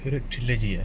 trilogy ah